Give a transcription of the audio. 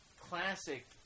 classic